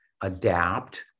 adapt